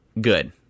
good